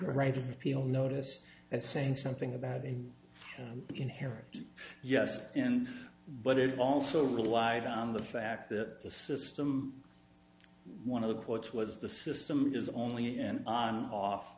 right to appeal notice that saying something about it inherently yes but it also relied on the fact that the system one of the courts was the system is only an on off